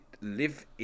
Live